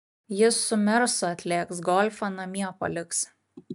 jis su mersu atlėks golfą namie paliks